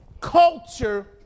culture